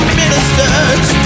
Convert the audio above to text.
ministers